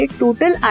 total